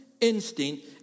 instinct